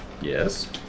Yes